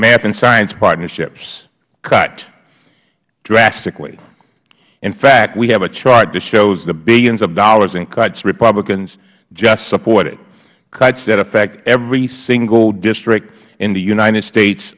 math and science partnerships cut drastically in fact we have a chart that shows the billions of dollars in cuts republicans just supported cuts that affect every single district in the united states